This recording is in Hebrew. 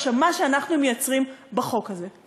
מה שאנחנו מייצרים בחוק הזה,